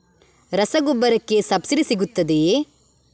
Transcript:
ರಸಗೊಬ್ಬರಕ್ಕೆ ಸಬ್ಸಿಡಿ ಸಿಗುತ್ತದೆಯೇ?